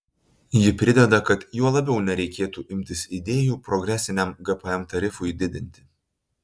ji prideda kad juo labiau nereikėtų imtis idėjų progresiniam gpm tarifui didinti